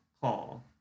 call